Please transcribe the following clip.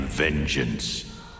vengeance